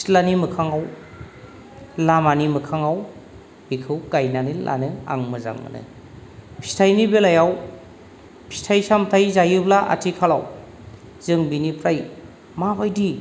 सिथ्लानि मोखाङाव लामानि मोखाङाव बेखौ गायनानै लानो आं मोजां मोनो फिथाइनि बेलायाव फिथाइ सामथाय जायोब्ला आथिखालाव जों बिनिफ्राय माबायदि